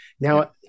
Now